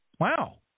Wow